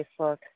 Facebook